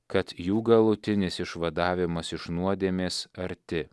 kad jų galutinis išvadavimas iš nuodėmės arti